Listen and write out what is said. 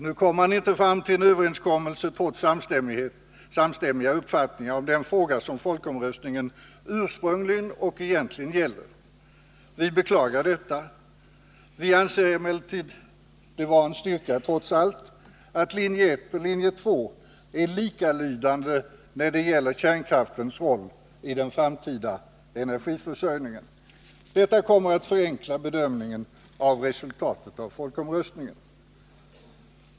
Nu kom man inte fram till en överenskommelse trots samstämmiga uppfattningar i den fråga som folkomröstningen ursprungligen och egentligen gäller. Vi beklagar detta. Vi anser det emellertid vara en styrka trots allt att linje 1 och linje 2 är likalydande när det gäller kärnkraftens roll i den framtida energiförsörjningen. Detta kommer att förenkla bedömningen av resultatet av folkomröstningen.